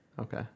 Okay